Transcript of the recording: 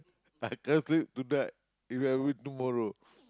I can't sleep tonight If I would tomorrow